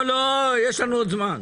עוברים